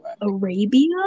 Arabia